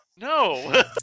No